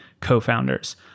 co-founders